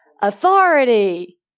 Authority